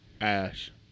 ash